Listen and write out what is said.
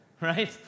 Right